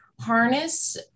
harness